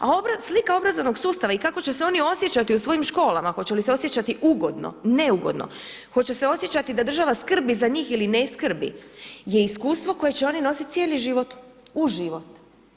A slika obrazovnog sustava i kako će se oni osjećati u svojim školama, hoće li se osjećati ugodno, neugodno, hoće se osjećati da država skrbi za njih ili ne skrbi je iskustvo koje će oni nositi cijeli život u život.